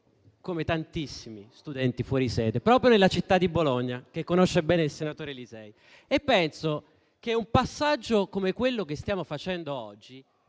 io sono stato studente fuori sede proprio nella città di Bologna, che conosce bene il senatore Lisei. Io penso che un passaggio come quello che stiamo facendo oggi